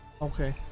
okay